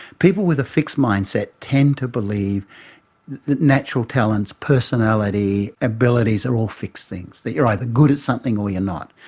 people with a fixed mindset tend to believe natural talents, personality and abilities are all fixed things, that you're either good at something or you're not.